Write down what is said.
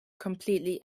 completely